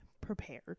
prepared